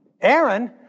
Aaron